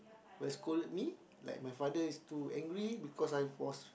will scold me like my father is too angry because I was